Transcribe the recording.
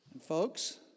Folks